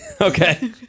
Okay